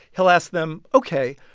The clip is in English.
he'll ask them, ok,